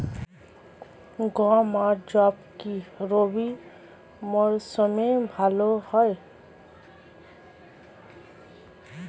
গম আর যব কি রবি মরশুমে ভালো হয়?